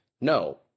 No